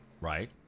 Right